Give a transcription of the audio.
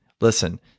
Listen